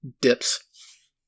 dips